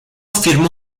firmó